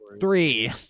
Three